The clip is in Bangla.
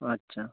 আচ্ছা